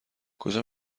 کجا